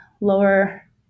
lower